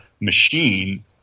machine